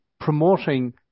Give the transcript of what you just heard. promoting